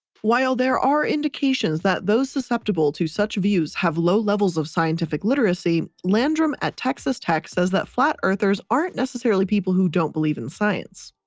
while there are indications that those susceptible to such views have low levels of scientific literacy, landrum at texas tech says that flat-earthers aren't necessarily people who don't believe in science.